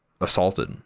assaulted